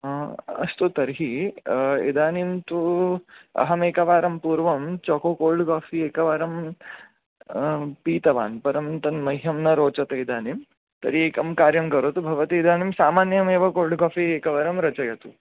अस्तु तर्हि इदानीं तु अहमेकवारं पूर्वं चोको कोल्ड् काफ़ि एकवारं पीतवान् परं तन्मह्यं न रोचते इदानीं तर्हि एकं कार्यं करोतु भवती इदानीं सामान्यमेव कोल्ड् काफ़ि एकवारं रचयतु